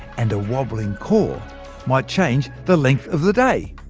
and a wobbling core might change the length of the day!